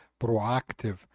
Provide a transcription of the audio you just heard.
proactive